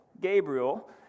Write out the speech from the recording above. Gabriel